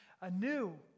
anew